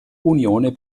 unione